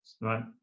Right